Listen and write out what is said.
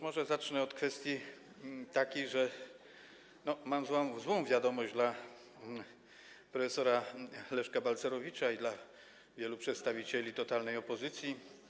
Może zacznę od kwestii takiej, że mam złą wiadomość dla prof. Leszka Balcerowicza i dla wielu przedstawicieli totalnej opozycji.